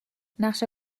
نقشه